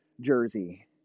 jersey